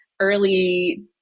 early